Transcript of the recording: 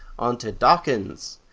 on to dawkins!